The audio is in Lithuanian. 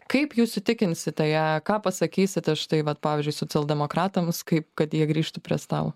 kaip jūs įtikinsite ją ką pasakysite štai vat pavyzdžiui socialdemokratams kaip kad jie grįžtų prie stalo